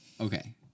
Okay